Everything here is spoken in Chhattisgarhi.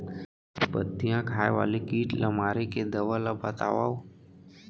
पत्तियां खाए वाले किट ला मारे के दवा ला बतावव?